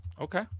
Okay